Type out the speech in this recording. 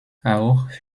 auch